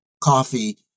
coffee